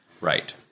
Right